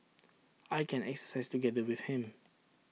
I can exercise together with him